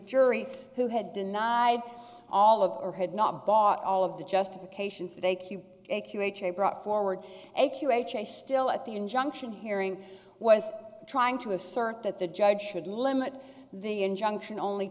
jury who had denied all of or had not bought all of the justification for they q a q ha brought forward a q ha still at the injunction hearing was trying to assert that the judge should limit the injunction only